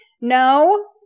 No